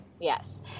Yes